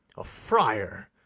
a friar!